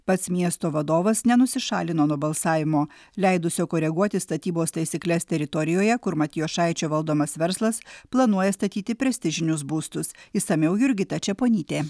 pats miesto vadovas nenusišalino nuo balsavimo leidusio koreguoti statybos taisykles teritorijoje kur matijošaičio valdomas verslas planuoja statyti prestižinius būstus išsamiau jurgita čeponytė